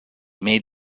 made